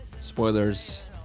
spoilers